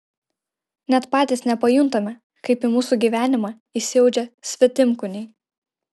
net patys nepajuntame kaip į mūsų gyvenimą įsiaudžia svetimkūniai